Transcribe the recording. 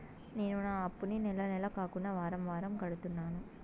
నేను నా అప్పుని నెల నెల కాకుండా వారం వారం కడుతున్నాను